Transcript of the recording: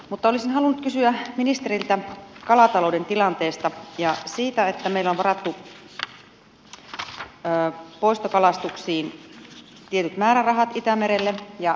olisin halunnut kysyä ministeriltä kalatalouden tilanteesta ja siitä että meillä on varattu poistokalastuksiin tietyt määrärahat itämerelle ja sisävesille